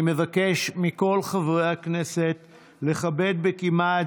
אני מבקש מכל חברי הכנסת לכבד בקימה את